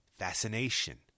fascination